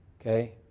Okay